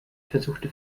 versuchte